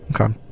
okay